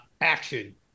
action